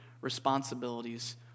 responsibilities